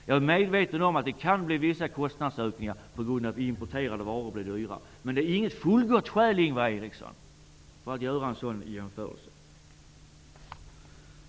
Jag är medveten om att det kan bli vissa kostnadsökningar på grund av att importerade varor blir dyrare. Men det är inget fullgott skäl, Ingvar Eriksson, för att göra en sådan jämförelse.